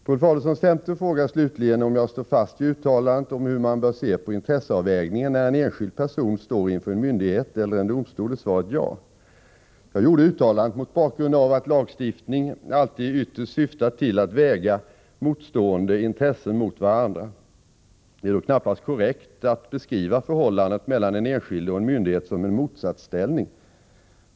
På Ulf Adelsohns femte fråga slutligen — om jag står fast vid uttalandet om hur man bör se på intresseavvägningen när en enskild person står inför en myndighet eller en domstol — är svaret ja. Jag gjorde uttalandet mot bakgrund av att lagstiftning alltid ytterst syftar till att väga motstående intressen mot varandra. Det är då knappast korrekt att beskriva förhållandet mellan den enskilde och en myndighet som en motsatsställning.